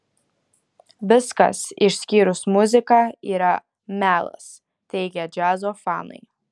viskas išskyrus muziką yra melas teigia džiazo fanai